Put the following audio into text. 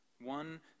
One